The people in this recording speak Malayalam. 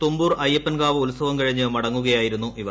തുമ്പൂർ അയ്യപ്പൻകാവ് ഉത്സവം കഴിഞ്ഞ് മടങ്ങുകയായിരുന്നു ഇവർ